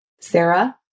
Sarah